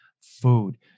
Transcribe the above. food